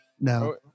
no